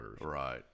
Right